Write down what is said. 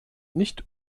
nicht